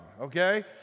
okay